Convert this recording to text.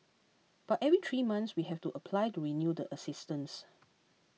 but every three months we have to apply to renew the assistance